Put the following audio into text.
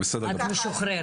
תודה, תמר.